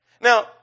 Now